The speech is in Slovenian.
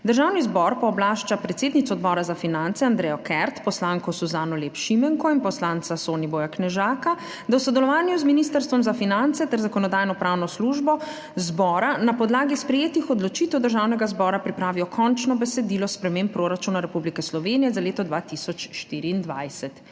Državni zbor pooblašča predsednico Odbora za finance Andrejo Kert, poslanko Suzano Lep Šimenko in poslanca Soniboja Knežaka, da v sodelovanju z Ministrstvom za finance ter z Zakonodajno-pravno službo zbora na podlagi sprejetih odločitev Državnega zbora pripravijo končno besedilo sprememb proračuna Republike Slovenije za leto 2024.